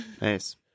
Nice